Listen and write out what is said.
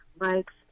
bikes